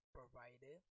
provider